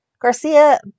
Garcia